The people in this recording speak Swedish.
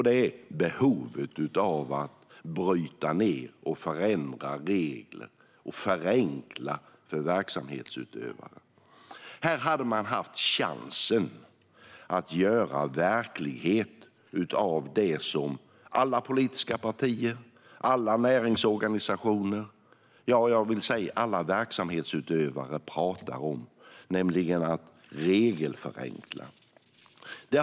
Det är behovet av att bryta ned och förändra regler och att förenkla för verksamhetsutövare. Här hade man chansen att göra verklighet av det som alla politiska partier, alla näringsorganisationer, jag vill säga alla verksamhetsutövare, pratar om - att regelförenkla.